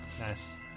Nice